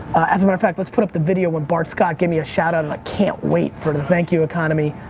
as a matter of fact, let's put up the video where bart scott gave me a shout-out and i can't wait for the thank you economy.